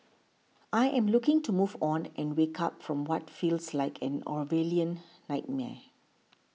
I am looking to move on and wake up from what feels like an Orwellian nightmare